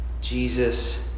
Jesus